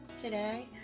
today